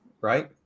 right